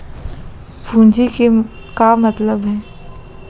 पूंजी के का मतलब हे?